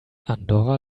andorra